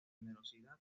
generosidad